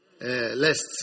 Lest